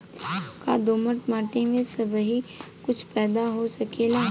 का दोमट माटी में सबही कुछ पैदा हो सकेला?